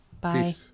Bye